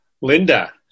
Linda